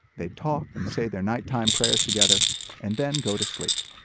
they talk and say their nighttime prayers together and then go to sleep.